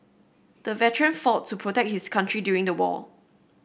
the veteran fought to protect his country during the war